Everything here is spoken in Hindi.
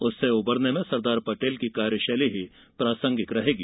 उससे उबरने में सरदार पटेल की कार्यशैली ही प्रासंगिक है